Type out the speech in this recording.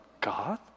god